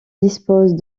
dispose